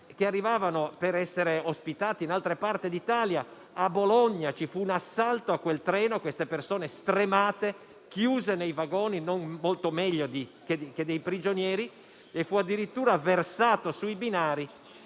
che arrivavano per essere ospitati in altre parti d'Italia: a Bologna ci fu un assalto al treno contro quelle persone stremate, chiuse nei vagoni come prigionieri, e fu addirittura versato sui binari